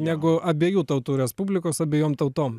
negu abiejų tautų respublikos abiejom tautom